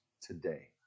today